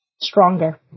stronger